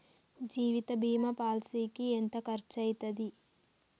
జీవిత బీమా పాలసీకి ఎంత ఖర్చయితది?